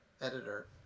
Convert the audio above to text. editor